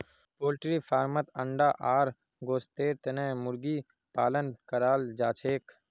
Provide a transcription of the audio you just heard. poultry फार्मत अंडा आर गोस्तेर तने मुर्गी पालन कराल जाछेक